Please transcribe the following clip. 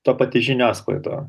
ta pati žiniasklaida